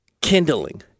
Kindling